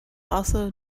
also